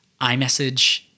iMessage